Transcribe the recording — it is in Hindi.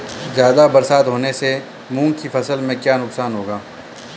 ज़्यादा बरसात होने से मूंग की फसल में क्या नुकसान होगा?